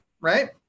right